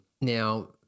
Now